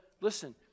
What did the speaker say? listen